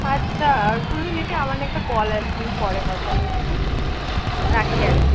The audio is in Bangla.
আচ্ছা আর শুনুন দিদি আমার না একটা কল আসছে আমি পরে কথা বলছি হ্যাঁ রাখি আজকে